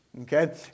Okay